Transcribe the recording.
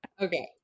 Okay